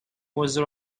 was